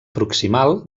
proximal